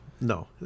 No